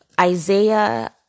Isaiah